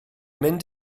mynd